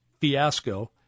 fiasco